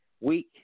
week